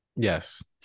Yes